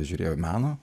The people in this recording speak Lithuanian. žiūrėjo meno